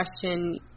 question